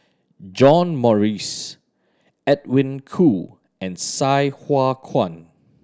John Morrice Edwin Koo and Sai Hua Kuan